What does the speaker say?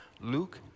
Luke